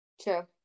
True